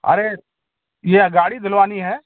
अरे ये गाड़ी धुलवानी है